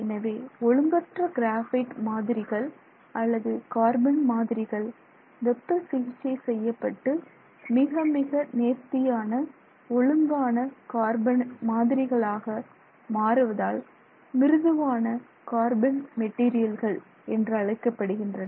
எனவே ஒழுங்கற்ற கிராபைட் மாதிரிகள் அல்லது கார்பன் மாதிரிகள் வெப்ப சிகிச்சை செய்யப்பட்டு மிக மிக நேர்த்தியான ஒழுங்கான கார்பன் மாதிரிகளாக மாறுவதால் மிருதுவான கார்பன் மெட்டீரியல்கள் என்றழைக்கப்படுகின்றன